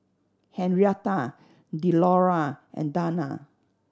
Henrietta Delora and Dana